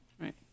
right